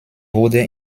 wurde